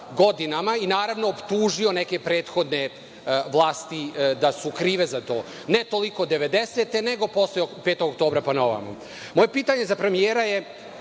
godinama i naravno optužio neke prethodne vlasti da su krive za to, ne toliko 90-te, nego posle 5. oktobra pa na ovamo. Moje pitanje za premijera je